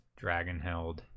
Dragonheld